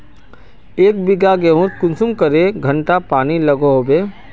एक बिगहा गेँहूत कुंसम करे घंटा पानी लागोहो होबे?